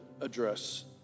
address